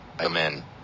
Amen